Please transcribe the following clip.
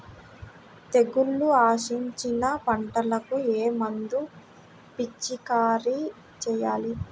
తెగుళ్లు ఆశించిన పంటలకు ఏ మందు పిచికారీ చేయాలి?